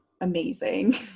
amazing